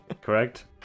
Correct